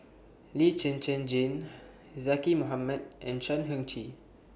Lee Zhen Zhen Jane Zaqy Mohamad and Chan Heng Chee